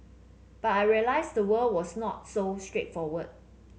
but I realised the world was not so straightforward